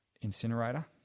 incinerator